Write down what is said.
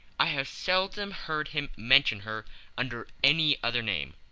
i have seldom heard him mention her under any other name.